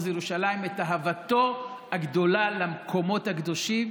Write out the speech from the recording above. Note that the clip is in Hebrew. ירושלים את אהבתו הגדולה למקומות הקדושים,